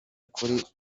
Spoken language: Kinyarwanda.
kuri